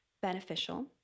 beneficial